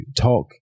talk